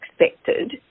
expected